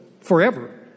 forever